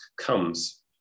comes